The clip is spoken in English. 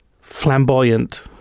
flamboyant